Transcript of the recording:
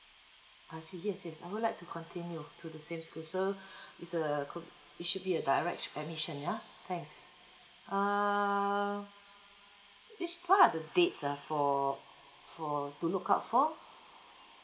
I see yes yes I would like to continue to the same school so it's uh it should be a direct admission ya thanks err is what are the dates uh for for to look out for